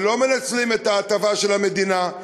שלא מנצלים את ההטבה של המדינה,